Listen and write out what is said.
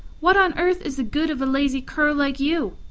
what on earth is the good of a lazy cur like you?